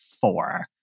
four